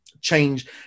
change